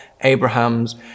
Abraham's